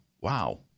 Wow